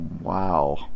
Wow